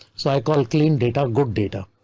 so i call clean data good data.